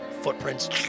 Footprints